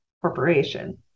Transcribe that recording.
corporation